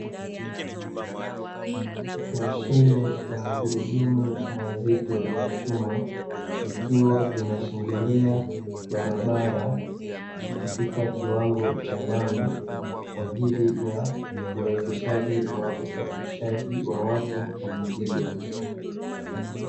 Mashine ya magurudumu mazito ya chuma, ikiwa inashindilia barabara katika Kiwango cha lami kwa ajili ya urahisishaji wa usafirishaji wa watu pamoja na mizigo.